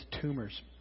tumors